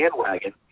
bandwagon